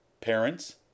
Parents